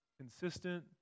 consistent